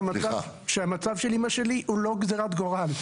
ראינו שהמצב של אימא שלי הוא לא גזרת גורל.